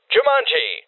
Jumanji